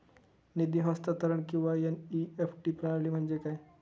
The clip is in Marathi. निधी हस्तांतरण किंवा एन.ई.एफ.टी प्रणाली म्हणजे काय?